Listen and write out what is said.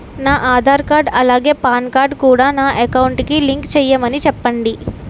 నా ఆధార్ కార్డ్ అలాగే PAN card కూడా నా అకౌంట్ కి లింక్ చేయమని చెప్పండి